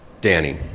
Danny